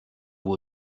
vous